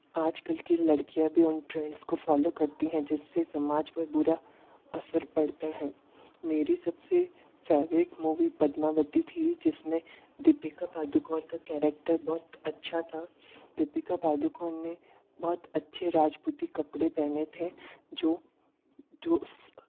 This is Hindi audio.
आजकल की लड़कियाँ भी उन ट्रेंड्स को फॉलो करती हैं जिससे समाज पर बुरा असर पड़ता है मेरी सबसे फेवरेट मूवी पद्मावती थी जिसमें दीपिका पादुकोण का कैरेक्टर बहुत अच्छा था दीपिका पादुकोन ने बहुत अच्छे राजपूती कपड़े पहने थे जो जो